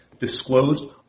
disclosed